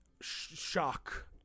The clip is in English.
Shock